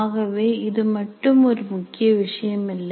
ஆகவே இது மட்டும் ஒரு முக்கிய விஷயம் இல்லை